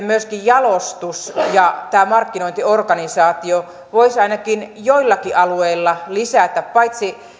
myöskin jalostus ja markkinointiorganisaatio voisivat ainakin joillakin alueilla lisätä paitsi